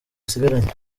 asigaranye